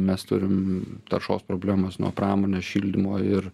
mes turim taršos problemas nuo pramonės šildymo ir